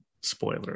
Spoiler